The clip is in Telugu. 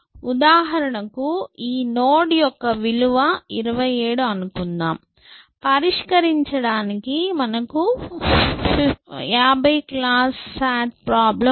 ఉదాహరణకు ఈ నోడ్యొక్క విలువ 27 అని అనుకుందాం పరిష్కరించడానికి నాకు 50 క్లాజ్SAT ప్రాబ్లెమ్ఉంది